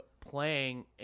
playing